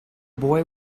boy